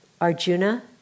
Arjuna